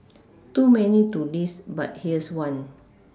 too many too list but here's one